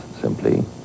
simply